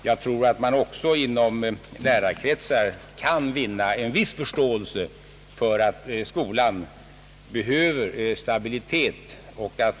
Jag tror också att man i lärarkretsar kan vinna en viss förståelse för att skolan behöver stabilitet.